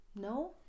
No